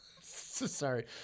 sorry